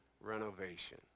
renovation